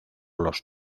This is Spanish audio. los